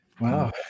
wow